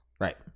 Right